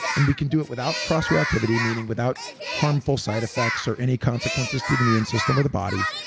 and we can do it without cross reactivity, meaning without harmful side effects or any consequences to the immune system or the body.